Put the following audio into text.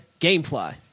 Gamefly